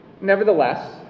Nevertheless